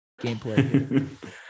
gameplay